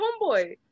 homeboy